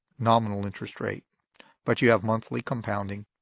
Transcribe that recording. nominal interest rate but you have monthly compounding,